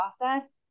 process